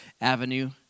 avenue